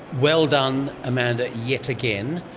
well done amanda, yet again.